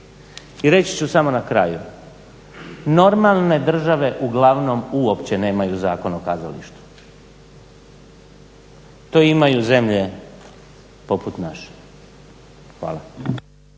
I reći ću samo na kraju, normalne države uglavnom uopće nemaju Zakon o kazalištu. To imaju zemlje poput naše. Hvala.